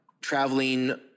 traveling